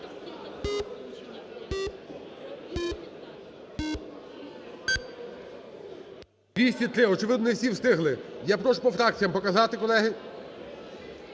203. Очевидно, не всі встигли. Я прошу по фракціям показати, колеги.